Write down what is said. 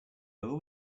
over